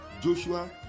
Joshua